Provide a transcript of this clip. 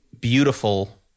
beautiful